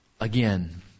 again